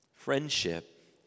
Friendship